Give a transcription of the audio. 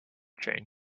chain